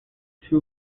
two